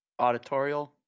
auditorial